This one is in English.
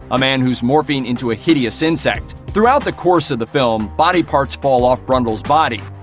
a man who's morphing into a hideous insect. throughout the course of the film, body parts fall off brundle's body.